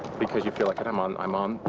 because you feel like it i'm on, i'm on.